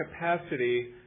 capacity